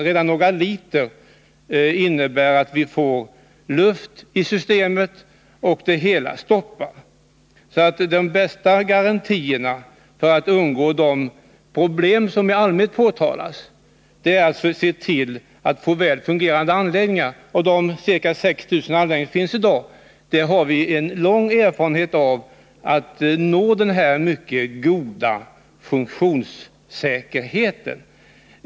Redan några liter innebär att man får luft i systemet, och hela anläggningen stoppas. Den bästa garantin för att undgå de problem som i allmänhet påtalas är att se till att få väl fungerande anläggningar. Från de ca 6 000 anläggningar som finns i dag har vi en lång erfarenhet som visar att det går att nå en mycket god funktionssäkerhet.